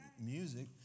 music